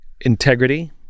Integrity